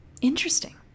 Interesting